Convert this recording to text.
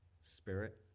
spirit